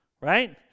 right